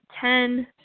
ten